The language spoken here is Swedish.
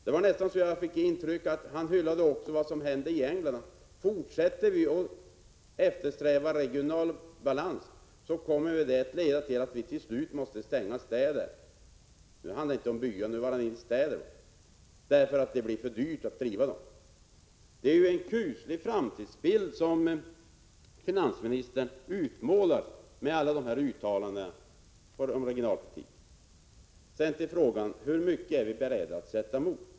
Det var nästan så att jag fick intrycket att han också hyllar vad som händer i England: fortsätter vi att eftersträva regional balans så kommer det att leda till att vi till slut måste stänga hela städer — nu handlade det inte längre om byar — därför att det blir för dyrt att driva dem. Det är ju en kuslig framtidsbild finansministern utmålar med alla sina uttalanden om regionalpolitiken! Sedan till frågan hur mycket vi är beredda att sätta emot.